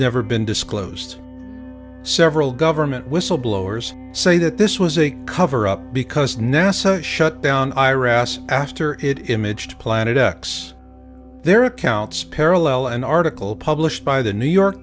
never been disclosed several government whistleblowers say that this was a cover up because nasa shut down iris after it imaged planet x their accounts parallel an article published by the new york